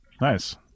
Nice